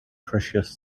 precious